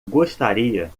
gostaria